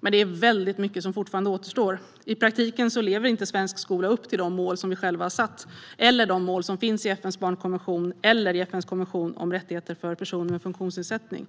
Men det återstår fortfarande väldigt mycket att göra. I praktiken lever svensk skola inte upp till de mål som vi själva har satt och inte heller till de mål som finns i FN:s barnkonvention eller FN:s konvention om rättigheter för personer med funktionsnedsättning.